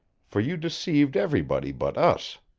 for you deceived everybody but us.